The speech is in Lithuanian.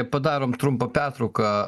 padarom trumpą pertrauką